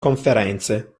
conferenze